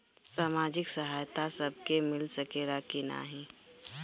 सामाजिक सहायता सबके मिल सकेला की नाहीं?